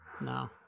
no